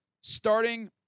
starting